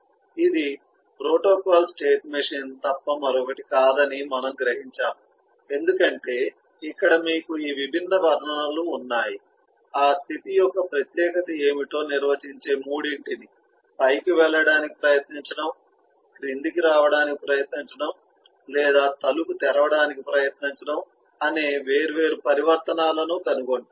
ఇది protocol state machine తప్ప మరొకటి కాదని మనము గ్రహించాము ఎందుకంటే ఇక్కడ మీకు ఈ విభిన్న వర్ణనలు ఉన్నాయి ఆ స్థితి యొక్క ప్రత్యేకత ఏమిటో నిర్వచించే మూడింటిని పైకి వెళ్ళడానికి ప్రయత్నించడం క్రిందికి రావడానికి ప్రయత్నించడం లేదా తలుపు తెరవడానికి ప్రయత్నించడం అనే వేర్వేరు పరివర్తనాలను కనుగొంటారు